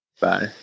Bye